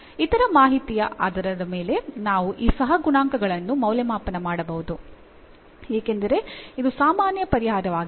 ಇತರ ಮಾಹಿತಿಯ ಆಧಾರದ ಮೇಲೆ ನಾವು ಈ ಸಹಗುಣಾಂಕಗಳನ್ನು ಮೌಲ್ಯಮಾಪನ ಮಾಡಬಹುದು ಏಕೆಂದರೆ ಇದು ಸಾಮಾನ್ಯ ಪರಿಹಾರವಾಗಿದೆ